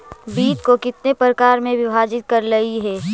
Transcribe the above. वित्त को कितने प्रकार में विभाजित करलइ हे